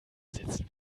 sitzen